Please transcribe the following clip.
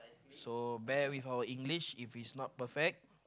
so bear with our English if it's not perfect